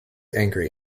angry